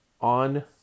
on